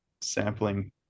sampling